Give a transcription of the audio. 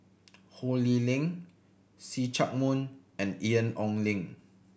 Ho Lee Ling See Chak Mun and Ian Ong Li